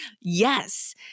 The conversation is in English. yes